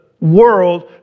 world